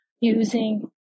using